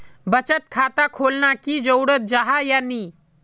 बचत खाता खोलना की जरूरी जाहा या नी?